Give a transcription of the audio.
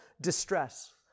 distress